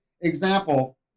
example